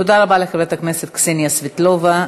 תודה רבה לחברת הכנסת קסניה סבטלובה.